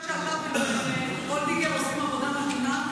אבל אני חושבת שאתה וולדיגר עושים עבודה מדהימה.